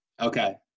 Okay